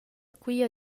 quia